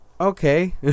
okay